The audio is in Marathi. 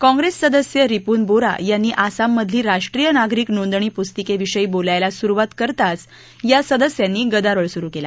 काँग्रेस सदस्य रिपून बोरा यांनी आसाममधली राष्ट्रीय नागरीक नोंदणी पुस्तिकेविषयी बोलायला सुरुवात करताच या सदस्यांनी गदोराळ सुरु केला